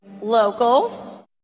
Locals